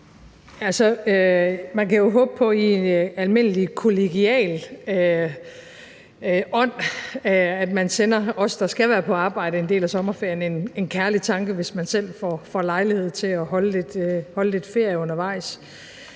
Man kan jo håbe på, at man i almindelig kollegial ånd sender os, der skal være på arbejde en del af sommerferien, en kærlig tanke, hvis man selv får lejlighed til at holde lidt ferie undervejs.